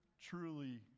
truly